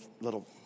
little